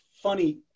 funny